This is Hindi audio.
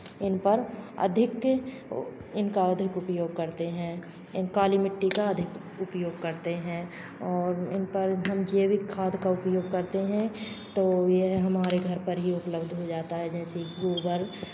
इन पर अधिक इनका अधिक उपयोग करते हैं इन काली मिट्टी का अधिक उपयोग करते हैं और इन पर हम जैविक खाद का उपयोग करते हैं तो यह हमारे घर पर ही उपलब्ध हो जाता है जैसे कि गोबर